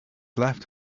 left